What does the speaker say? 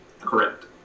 Correct